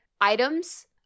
Items